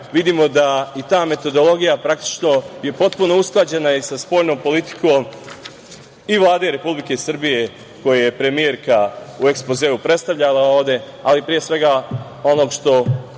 vidimo da je i ta metodologija potpuno usklađena i sa spoljnom politikom i Vlade Republike Srbije, koji je premijerka u ekspozeu predstavljala ovde, ali onog što